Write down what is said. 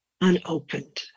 unopened